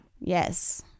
Yes